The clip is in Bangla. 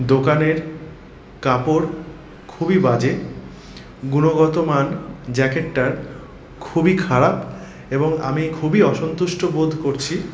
দোকানের কাপড় খুবই বাজে গুণগত মান জ্যাকেটটার খুবই খারাপ এবং আমি খুবই অসন্তুষ্ট বোধ করছি